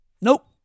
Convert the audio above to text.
Nope